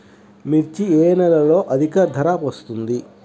మిర్చి ఏ నెలలో అధిక ధర వస్తుంది?